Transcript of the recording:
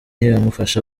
imufasha